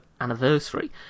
anniversary